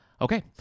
Okay